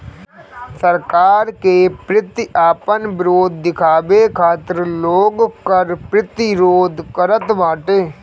सरकार के प्रति आपन विद्रोह दिखावे खातिर लोग कर प्रतिरोध करत बाटे